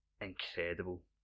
incredible